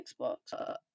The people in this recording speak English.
Xbox